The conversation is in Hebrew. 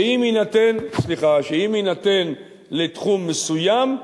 שאם יינתן לתחום מסוים,